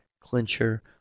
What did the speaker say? clincher